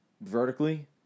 vertically